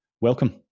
Welcome